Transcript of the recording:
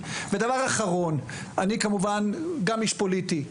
אני כמובן איש פוליטי,